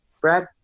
Brad